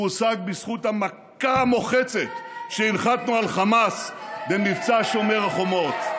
הוא הושג בזכות המכה המוחצת שהנחתנו על חמאס במבצע שומר החומות.